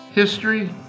history